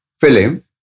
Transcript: film